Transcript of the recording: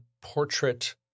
portrait